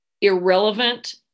irrelevant